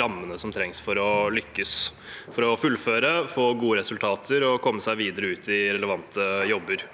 rammene som trengs for å lykkes – for å fullføre, få gode resultater og komme seg videre ut i relevante jobber.